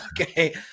okay